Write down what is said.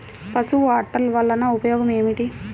పసుపు అట్టలు వలన ఉపయోగం ఏమిటి?